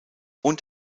und